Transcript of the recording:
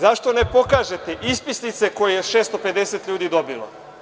Zašto ne pokažete ispisnice koje je 650 ljudi dobilo.